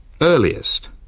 Earliest